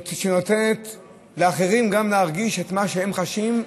שנותנת גם לאחרים להרגיש את מה שהם חשים,